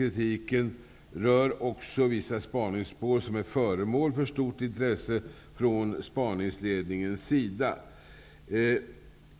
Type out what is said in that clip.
Kritiken rör också vissa spaningsspår som är föremål för stort intresse från spaningsledningens sida.